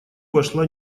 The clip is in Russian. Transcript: вошла